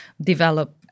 develop